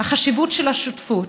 החשיבות של השותפות,